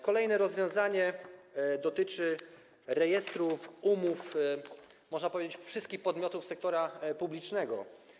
Kolejne rozwiązanie dotyczy rejestru umów, można powiedzieć, wszystkich podmiotów sektora publicznego.